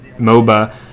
MOBA